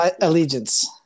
allegiance